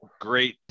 great